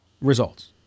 results